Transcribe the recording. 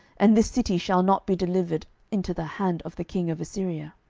and this city shall not be delivered into the hand of the king of assyria.